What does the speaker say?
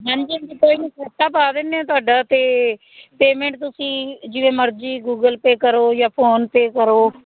ਹਾਂਜੀ ਹਾਂਜੀ ਕੋਈ ਨਹੀਂ ਖਾਤਾ ਪਾ ਦਿੰਦੇ ਹਾਂ ਤੁਹਾਡਾ ਅਤੇ ਪੇਮੈਂਟ ਤੁਸੀਂ ਜਿਵੇਂ ਮਰਜ਼ੀ ਗੂਗਲ ਪੇ ਕਰੋ ਜਾਂ ਫੋਨਪੇ ਕਰੋ